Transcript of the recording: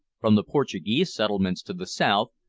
from the portuguese settlements to the south,